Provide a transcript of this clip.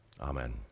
Amen